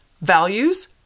values